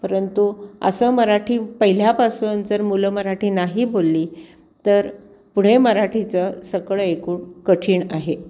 परंतु असं मराठी पहिल्यापासून जर मुलं मराठी नाही बोलली तर पुढे मराठीचं सगळं एकूण कठीण आहे